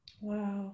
Wow